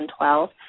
2012